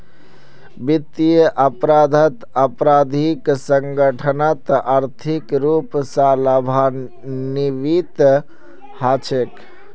वित्तीयेर अपराधत आपराधिक संगठनत आर्थिक रूप स लाभान्वित हछेक